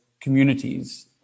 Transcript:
communities